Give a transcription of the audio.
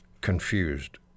confused